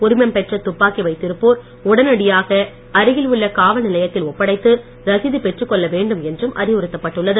உரிமம் பெற்ற துப்பாக்கி வைத்திருப்போர் உடனடியாக அருகில் உள்ள காவல் நிலையத்தில் ஒப்படைத்து ரசீது பெற்றுக் கொள்ள வேண்டும் என்றும் அறிவுறுத்தப்பட்டுள்ளது